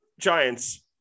Giants